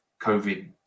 COVID